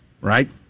right